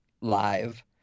live